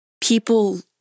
people